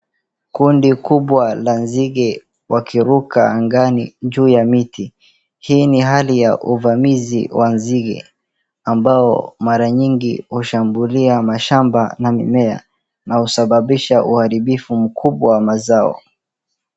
Kundi kubwa la nzige wakiruka angani juu ya miti. Hii ni hali ya uvamizi wa nzige ambao mara nyingi hushambulia mashamba na mimea na husababisha uharibifu mkubwa wa mazao.